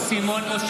(קורא בשמות חברי הכנסת) סימון מושיאשוילי,